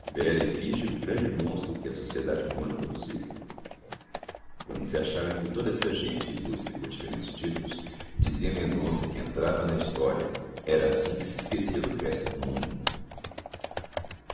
grande monstro que a sociedade romana produziu quando se achava entre toda essa gente ilustre por diferentes títulos dizia mendonça que entrava na história era assim que se esquecia do resto do mundo